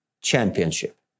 championship